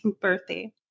birthday